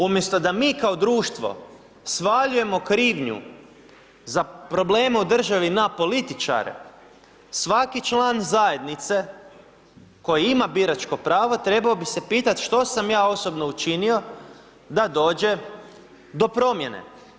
Umjesto da mi kao društvo svaljujemo krivnju za probleme u državi na političare, svaki član zajednice koji ima biračko pravo trebao bi pitat što sam ja osobno učinio da dođe do promjene.